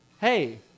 hey